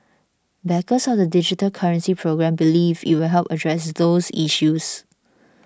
backers of the digital currency programme believe it will help address those issues